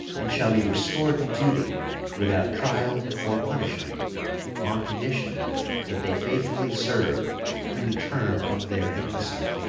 and shall be restored to duty without trial or punishment on condition that they faithfully serve through the term of their enlistment.